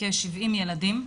כ-70 ילדים.